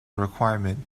requirement